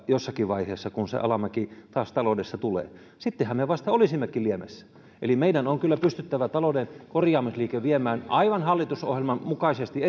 jossakin vaiheessa kun se alamäki taas taloudessa tulee sittenhän me vasta olisimmekin liemessä eli meidän on kyllä pystyttävä talouden korjaamisliike viemään aivan hallitusohjelman mukaisesti